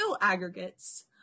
aggregates